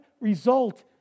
result